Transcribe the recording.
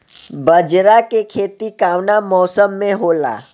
बाजरा के खेती कवना मौसम मे होला?